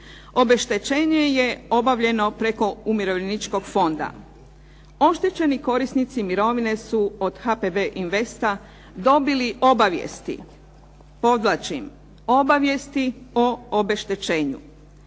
Obeštećenje je obavljeno preko Umirovljeničkog fonda. Oštećeni korisnici mirovine su od HPB Investa dobili obavijesti podvlačim obavijesti o obeštećenju.